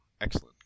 excellent